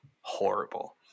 horrible